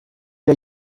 der